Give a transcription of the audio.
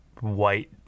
white